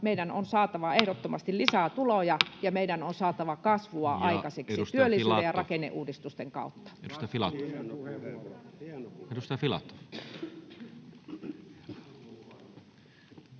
meidän on saatava ehdottomasti lisää tuloja ja meidän on saatava kasvua aikaiseksi työllisyys- ja rakenneuudistusten kautta. [Ben